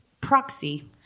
proxy